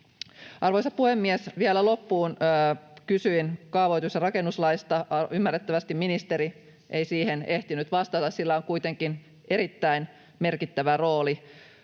Arvoisa puhemies! Vielä loppuun: Kysyin kaavoitus- ja rakennuslaista, ymmärrettävästi ministeri ei siihen ehtinyt vastata. Sillä on kuitenkin erittäin merkittävä rooli